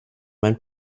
mein